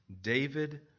David